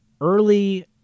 early